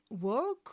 work